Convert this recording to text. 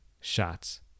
shots